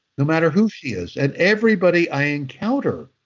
no matter who she is and everybody i encounter,